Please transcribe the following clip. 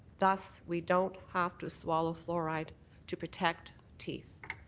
thus we don't have to swallow fluoride to protect teeth.